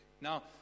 Now